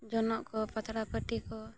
ᱡᱚᱱᱚᱜ ᱠᱚ ᱯᱟᱛᱲᱟ ᱯᱟᱹᱴᱤ ᱠᱚ